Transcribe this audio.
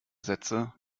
sätze